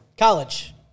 College